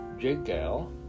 Jigal